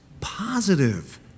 positive